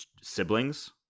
siblings